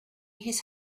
his